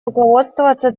руководствоваться